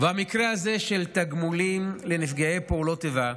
והמקרה הזה של תגמולים לנפגעי פעולות איבה,